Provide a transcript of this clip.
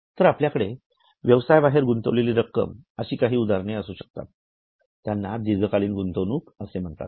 तर आपल्याकडे व्यवसायाबाहेर गुंतवलेल्या रक्कमेची अशी काही उदाहरणे असू शकतात त्याना दीर्घकालीन गुंतवणूक असे म्हणतात